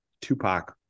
Tupac